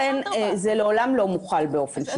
לכן זה לעולם לא מוחל באופן שוויוני.